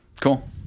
cool